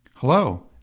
Hello